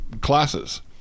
classes